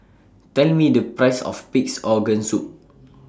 Tell Me The Price of Pig'S Organ Soup